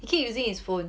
he keep using his phone